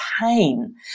pain